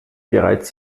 bereits